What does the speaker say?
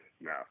No